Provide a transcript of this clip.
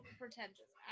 pretentious